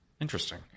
interesting